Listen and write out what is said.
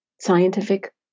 scientific